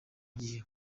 gihe